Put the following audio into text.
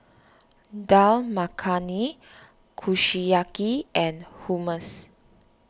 Dal Makhani Kushiyaki and Hummus